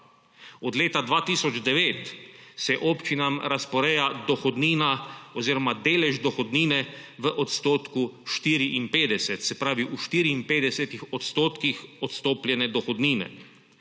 Od leta 2009 se občinam razporeja dohodnina oziroma delež dohodnine v odstotku 54, se pravi v 54 odstotkih odstopljene dohodnine.